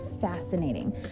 fascinating